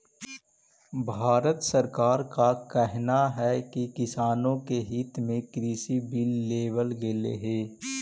भारत सरकार का कहना है कि किसानों के हित में कृषि बिल लेवल गेलई हे